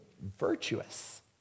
virtuous